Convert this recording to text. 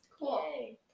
cool